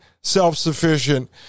self-sufficient